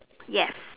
yes